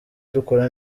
dukora